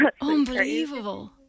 Unbelievable